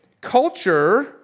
culture